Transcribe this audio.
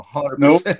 nope